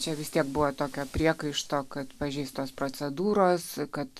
čia vis tiek buvo tokio priekaišto kad pažeistos procedūros kad